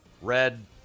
red